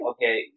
Okay